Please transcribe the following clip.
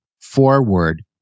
forward